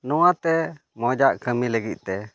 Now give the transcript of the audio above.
ᱱᱚᱣᱟᱛᱮ ᱢᱚᱡᱟᱜ ᱠᱟᱹᱢᱤ ᱞᱟᱹᱜᱤᱫᱛᱮ